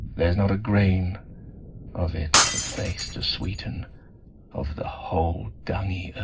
there's not a grain of it the face to sweeten of the whole dungy